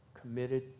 committed